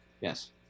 Yes